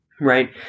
right